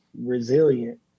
resilient